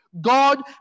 God